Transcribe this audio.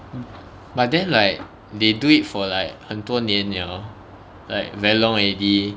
mm but then like they do it for like 很多年了 like very long already